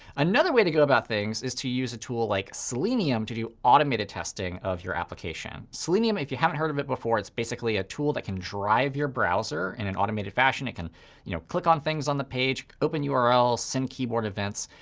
another way to go about things is to use a tool like selenium to do automated testing of your application. selenium, if you haven't heard of it before, it's basically a tool that can drive your browser in an automated fashion. it can you know click on things on the page, open urls, send keyboard events.